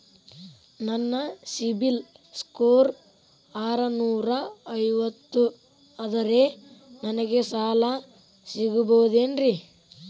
ನನ್ನ CIBIL score ಆರನೂರ ಐವತ್ತು ಅದರೇ ನನಗೆ ಸಾಲ ಸಿಗಬಹುದೇನ್ರಿ?